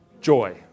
joy